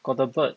got the bird